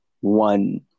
one